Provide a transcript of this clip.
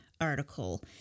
article